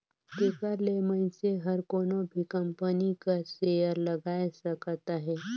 तेकर ले मइनसे हर कोनो भी कंपनी कर सेयर लगाए सकत अहे